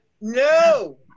No